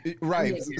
right